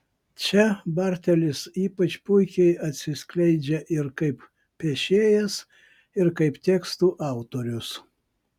čia bartelis ypač puikiai atsiskleidžia ir kaip piešėjas ir kaip tekstų autorius